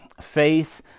faith